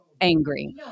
angry